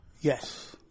Yes